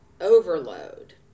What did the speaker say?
overload